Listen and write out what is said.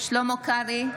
שלמה קרעי,